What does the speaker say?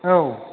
औ